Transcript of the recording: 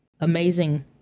amazing